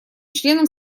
членам